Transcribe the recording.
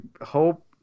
hope